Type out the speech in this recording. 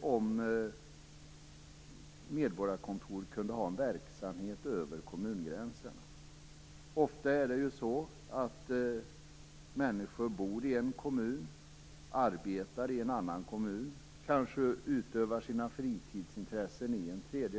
om medborgarkontoren kunde ha en verksamhet över kommungränserna. Ofta bor människor i en kommun, arbetar i en annan och kanske utövar sina fritidsintressen i en tredje.